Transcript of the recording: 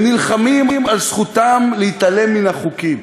הם נלחמים על זכותם להתעלם מן החוקים,